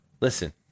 Listen